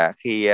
khi